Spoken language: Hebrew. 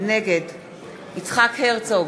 נגד יצחק הרצוג,